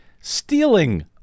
stealing